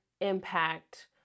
impact